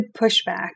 pushback